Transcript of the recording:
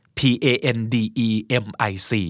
pandemic